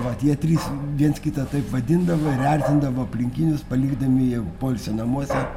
va tie trys viens kitą taip vadindavo ir erzindavo aplinkinius palikdami jau poilsio namuose